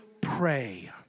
pray